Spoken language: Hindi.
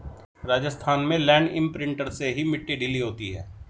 राजस्थान में लैंड इंप्रिंटर से ही मिट्टी ढीली होती है